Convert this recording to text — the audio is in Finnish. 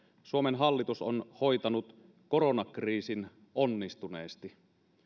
suomen hallitus on hoitanut koronakriisin onnistuneesti